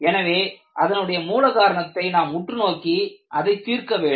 எனவே அதனுடைய மூல காரணத்தை நாம் உற்று நோக்கி அதை தீர்க்க வேண்டும்